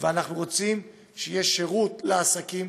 ואנחנו רוצים שיהיה שירות לעסקים,